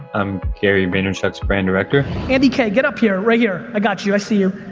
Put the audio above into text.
i'm gary vaynerchuk's brand director. andy k, get up here right here. i got you. i see you.